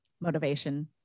motivation